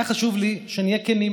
היה חשוב לי שנהיה כנים.